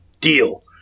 Deal